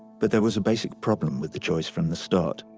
but there was a basic problem with the choice from the start.